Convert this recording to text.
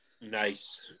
Nice